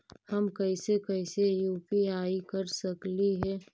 हम कैसे कैसे यु.पी.आई कर सकली हे?